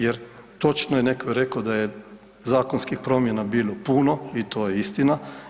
Jer točno je netko rekao da je zakonskih promjena bilo puno i to je istina.